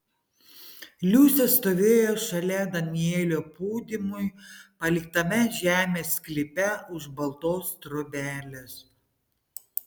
liusė stovėjo šalia danielio pūdymui paliktame žemės sklype už baltos trobelės